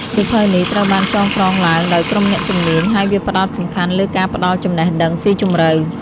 សៀវភៅនេះត្រូវបានចងក្រងឡើងដោយក្រុមអ្នកជំនាញ ហើយវាផ្ដោតសំខាន់លើការផ្ដល់ចំណេះដឹងស៊ីជម្រៅ។